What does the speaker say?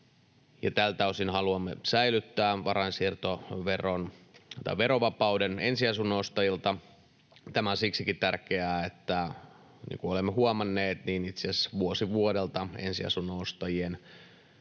Tältä osin haluamme säilyttää varainsiirtoveron verovapauden ensiasunnon ostajilla. Tämä on siksikin tärkeää, että niin kuin olemme huomanneet, itse asiassa vuosi vuodelta ensiasunnon ostajien